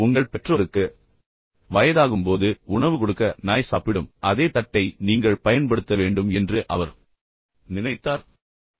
எனவே உங்கள் பெற்றோருக்கு வயதாகும்போது உணவு கொடுக்க நாய் சாப்பிடும் அதே தட்டை நீங்கள் பயன்படுத்த வேண்டும் என்று அவர் நினைத்தார்